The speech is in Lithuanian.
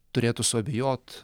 turėtų suabejot